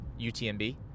UTMB